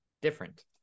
different